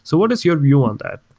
so what is your view on that?